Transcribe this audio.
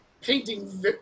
painting